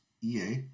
EA